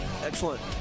Excellent